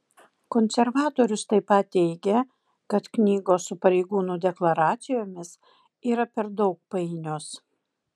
konservatorius taip pat teigė kad knygos su pareigūnų deklaracijomis yra per daug painios